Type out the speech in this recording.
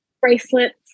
bracelets